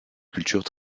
culture